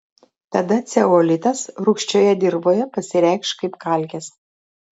tada ceolitas rūgščioje dirvoje pasireikš kaip kalkės